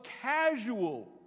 casual